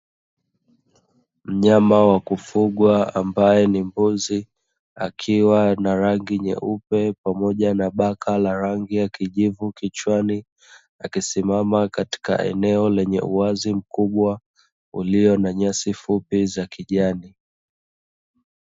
Mnyama wa kufugwa ambaye ni mbuzi akiwa na rangi nyeupe, pamoja baki la rangi ya kijivu kichwani, akisimama eneo lenye uwazi mkubwa ulio na nyasi fupi za kijani.